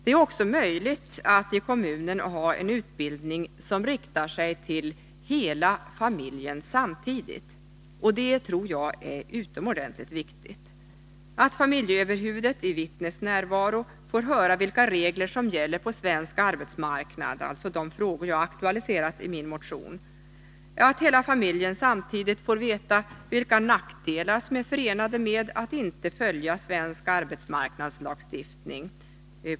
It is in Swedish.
Det är också möjligt att i kommunen ha en utbildning som riktar sig till hela familjen samtidigt, och det tror jag är utomordentligt viktigt. Det är viktigt att familjeöverhuvudet i vittnes närvaro får höra vilka regler som gäller på svensk arbetsmarknad -— alltså de frågor jag aktualiserat i min motion — och att hela familjen samtidigt får veta vilka nackdelar som är förenade med att inte följa svensk arbetsmarknadslagstiftning.